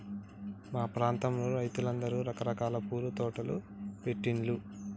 మా ప్రాంతంలో రైతులందరూ రకరకాల పూల తోటలు పెట్టిన్లు